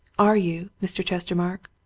are you, mr. chestermarke?